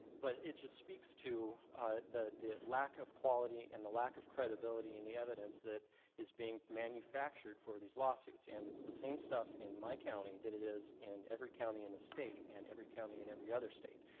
but it just speaks to the the lack of quality and the lack of credibility in the evidence that is being manufactured for these lawsuits, and it's the same stuff in my county that it is in every county in the state and every county in every other state.